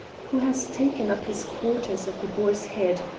who has taken up his quarters at the boar's head.